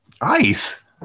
Ice